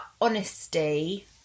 honesty